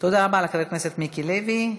תודה רבה לחבר הכנסת מיקי לוי.